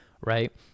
right